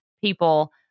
people